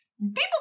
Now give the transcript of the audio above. People